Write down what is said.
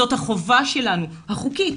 זאת החובה שלנו, החוקית.